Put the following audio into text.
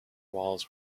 walls